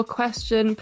question